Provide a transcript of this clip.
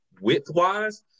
width-wise